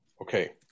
Okay